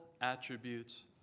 attributes